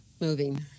Moving